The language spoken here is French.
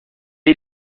est